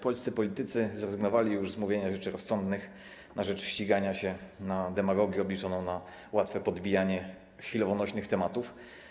Polscy politycy zrezygnowali już z mówienia rzeczy rozsądnych na rzecz ścigania się na demagogię obliczoną na łatwe podbijanie chwilowo nośnych tematów.